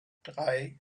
drei